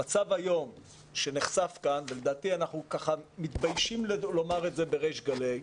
המצב היום שנחשף כאן ולדעתי אנחנו מתביישים לומר את זה בריש גלי,